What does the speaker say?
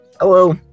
Hello